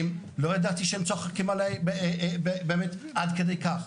לא ידעתי שהם צוחקים עליי באמת עד כדי כך.